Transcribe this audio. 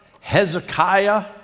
Hezekiah